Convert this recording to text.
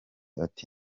ati